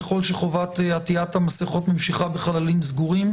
ככל שחובת עטיית המסכות ממשיכה בחללים סגורים,